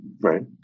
Right